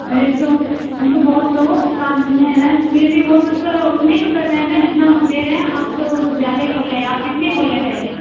अरे तो हम तो बहुत लोगों को काम दिए हैं फिर भी वो सब उतने में ही कर रहे हैं ना जितना हम दे रहे हैं आप कुछ ज़्यादा ही बोल रहे हैं कितने बोल रहे हैं पहले